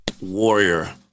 warrior